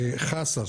חסה".